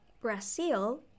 Brazil